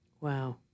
Wow